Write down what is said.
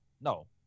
No